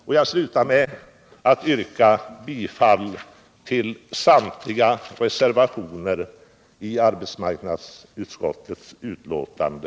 Jag slutar mitt anförande med att yrka bifall till samtliga reservationer vid arbetsmarknadsutskottets betänkande.